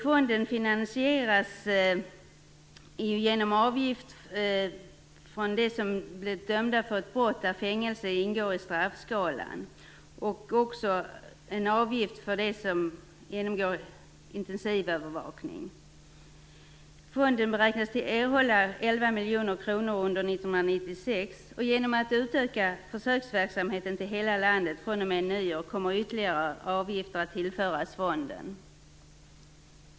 Fonden finansieras genom en avgift för dem som blivit dömda för ett brott där fängelse ingår i straffskalan. En avgift tas ut även av dem som genomgår intensivövervakning. Fonden beräknas erhålla 11 miljoner kronor under 1996, och genom att utöka försöksverksamheten till hela landet fr.o.m. nyår kommer ytterligare avgifter att tillföras fonden.